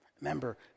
Remember